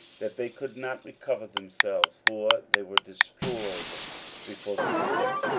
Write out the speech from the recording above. that they could not recover themselves for they were destroyed before the lord,